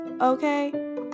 Okay